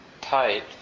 tight